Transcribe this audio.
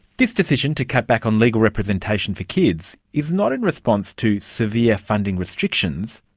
this decision to cut back on legal representation for kids is not in response to severe funding restrictions,